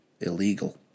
illegal